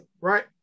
right